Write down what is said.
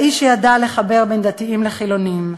האיש שידע לחבר בין דתיים לחילונים,